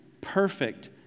perfect